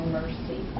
mercy